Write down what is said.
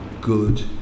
good